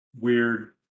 weird